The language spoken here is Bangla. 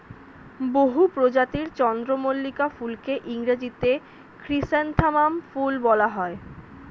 বহু প্রজাতির চন্দ্রমল্লিকা ফুলকে ইংরেজিতে ক্রিস্যান্থামাম ফুল বলা হয়